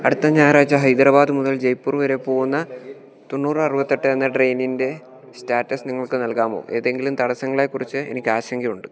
അടുത്ത ഞായറാഴ്ച്ച ഹൈദരാബാദ് മുതൽ ജയ്പ്പൂർ വരെ പോകുന്ന തൊണ്ണൂറ് അറുപത്തെട്ട് എന്ന ട്രെയിനിൻറ്റെ സ്റ്റാറ്റസ് നിങ്ങൾക്ക് നൽകാമോ എതെങ്കിലും തടസ്സങ്ങളേക്കുറിച്ച് എനിക്ക് ആശങ്കയുണ്ട്